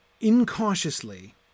incautiously